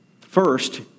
First